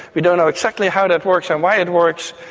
we don't know exactly how that works and why it works,